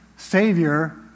Savior